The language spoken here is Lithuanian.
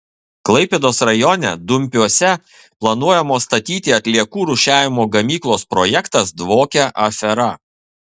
klaipėdos rajone dumpiuose planuojamos statyti atliekų rūšiavimo gamyklos projektas dvokia afera